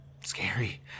scary